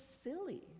silly